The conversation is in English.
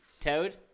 Toad